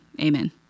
amen